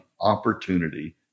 opportunity